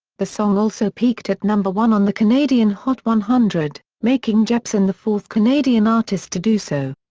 the song also peaked at number one on the canadian hot one hundred, making jepsen the fourth canadian artist to do so.